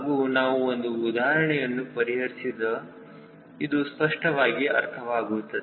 ಹಾಗೂ ನಾವು ಒಂದು ಉದಾಹರಣೆಯನ್ನು ಪರಿಹರಿಸಿದ ಇದು ಸ್ಪಷ್ಟವಾಗಿ ಅರ್ಥವಾಗುತ್ತದೆ